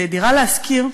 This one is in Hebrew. ב"דירה להשכיר",